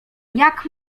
jak